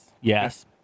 yes